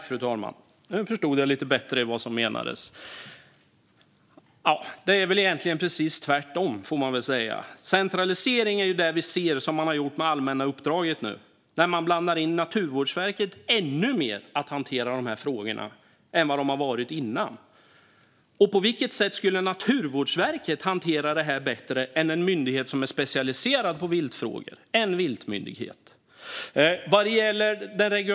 Fru talman! Nu förstod jag lite bättre vad som menades. Det är väl egentligen precis tvärtom, får man väl säga. Centralisering är ju det som har skett i och med det allmänna uppdraget nu, där man blandar in Naturvårdsverket ännu mer i att hantera de här frågorna än tidigare. På vilket sätt skulle Naturvårdsverket hantera det här bättre än en myndighet som är specialiserad på viltutfodring, en viltmyndighet?